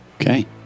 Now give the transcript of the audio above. Okay